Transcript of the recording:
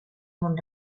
mont